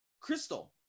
Crystal